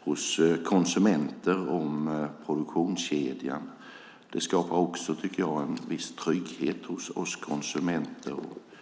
hos konsumenter om produktionskedjan. Det skapar också en viss trygghet hos oss konsumenter, tycker jag.